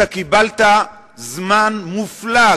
אתה קיבלת זמן מופלג.